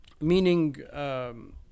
meaning